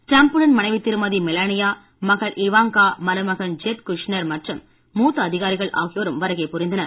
டிரம்ப்புடன் மனைவி திருமதி மெலனியா மகள் இவாங்கா மருமகன் ஜெர்ட் குஷ்னர் மற்றும் மூத்த அதிகாரிகள் ஆகியோரும் வருகை புரிந்தனர்